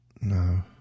No